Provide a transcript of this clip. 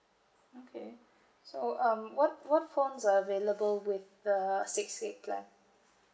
okay so um what what phones are available with the six gig plan